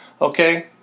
Okay